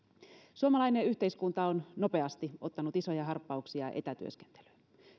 suomalainen yhteiskunta on nopeasti ottanut isoja harppauksia etätyöskentelyyn